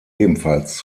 ebenfalls